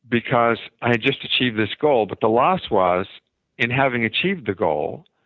because i had just achieved this goal. but the loss was in having achieved the goal,